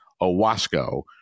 Owasco